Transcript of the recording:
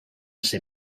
ser